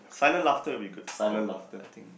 silent laughter would be good silent laughter